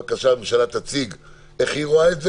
בבקשה הממשלה תציג איך היא רואה את זה